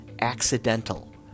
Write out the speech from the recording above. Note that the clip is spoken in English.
accidental